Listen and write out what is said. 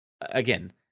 again